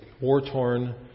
war-torn